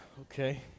Okay